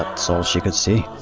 that's all she could see.